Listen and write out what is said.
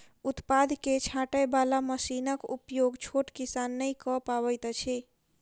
उत्पाद के छाँटय बाला मशीनक उपयोग छोट किसान नै कअ पबैत अछि